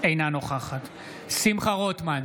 אינה נוכחת שמחה רוטמן,